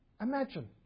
Imagine